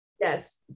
Yes